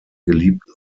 geliebten